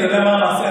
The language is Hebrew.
אתה יודע מה הבעיה?